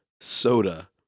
Soda